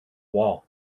wall